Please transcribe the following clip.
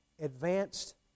advanced